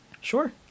Sure